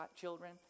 children